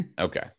Okay